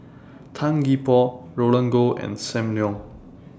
Tan Gee Paw Roland Goh and SAM Leong